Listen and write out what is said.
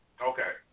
Okay